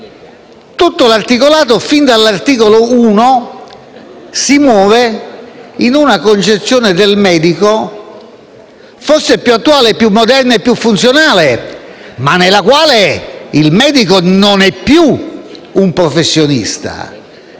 tutto l'articolato, fin dall'articolo 1, si muove in una concezione del medico forse più attuale, più moderna e più funzionale, ma nella quale il medico non è più un professionista,